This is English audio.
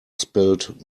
spilt